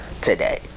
today